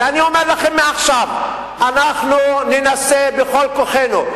ואני אומר לכם, מעכשיו אנחנו ננסה בכל כוחנו.